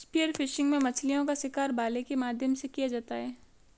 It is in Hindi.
स्पीयर फिशिंग में मछलीओं का शिकार भाले के माध्यम से किया जाता है